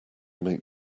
make